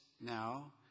now